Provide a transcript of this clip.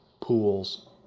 pools